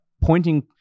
pointing